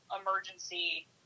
emergency